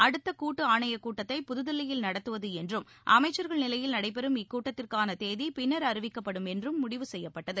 அடுத்தகூட்டுஆணையக் கூட்டத்தை புது தில்லியில் நடத்துவதுஎன்றும் அமைச்சர்கள் நிலையில் நடைபெறும் இக்கூட்டத்திற்கானதேதிபின்னர் அறிவிக்கப்படும் என்றும் முடிவு செய்யப்பட்டது